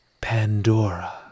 Pandora